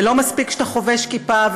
ולא מספיק שאתה חובש כיפה,